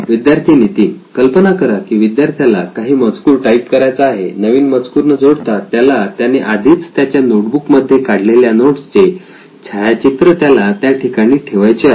विद्यार्थी नितीन कल्पना करा की विद्यार्थ्याला काही मजकूर टाईप करायचा आहे नवीन मजकूर न जोडता त्याला त्याने आधीच त्याच्या नोटबुक मध्ये काढलेल्या नोट्स चे छायाचित्र त्याला त्या ठिकाणी ठेवायचे आहे